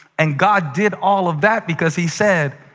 and god did all of that because he said,